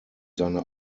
seine